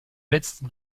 letzten